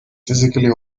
physically